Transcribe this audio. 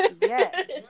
Yes